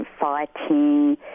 fighting